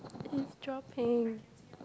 eavesdropping